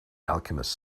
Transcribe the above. alchemist